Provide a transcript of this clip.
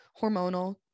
hormonal